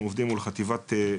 אנחנו עובדים מול חטיבת יואב.